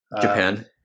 Japan